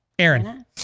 Aaron